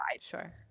Sure